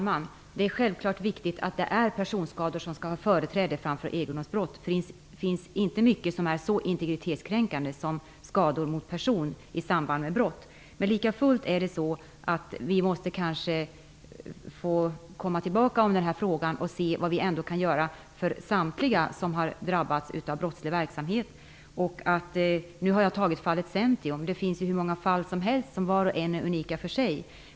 Herr talman! Självfallet är det viktigt att det är personskador som skall ha företräde framför egendomsbrott. Det är inte mycket som är så integritetskränkande som skador mot person i samband med brott. Likafullt måste vi kanske komma tillbaka i den här frågan för att se vad som kan göras för samtliga som drabbats av brottslig verksamhet. Jag har här tagit upp fallet Zentio, men det finns hur många fall som helst, som var och en för sig är unika.